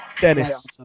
Dennis